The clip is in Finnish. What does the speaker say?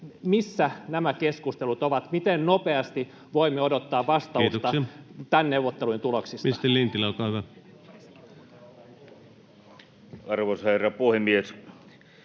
Missä nämä keskustelut ovat? Miten nopeasti voimme odottaa vastausta näiden neuvottelujen tuloksista? [Speech 279] Speaker: